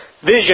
Vision